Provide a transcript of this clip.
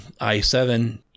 i7